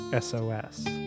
SOS